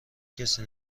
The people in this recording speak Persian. کسی